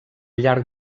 llarg